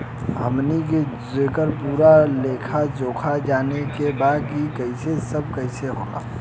हमनी के जेकर पूरा लेखा जोखा जाने के बा की ई सब कैसे होला?